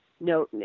no